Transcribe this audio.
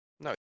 No